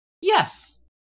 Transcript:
Yes